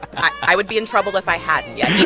i i would be in trouble if i hadn't yet.